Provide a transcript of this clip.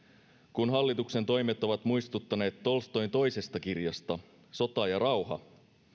kun hallituksen toimet ovat muistuttaneet tolstoin toisesta kirjasta sota ja rauha